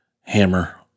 Hammer